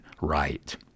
right